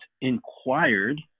inquired